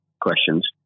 questions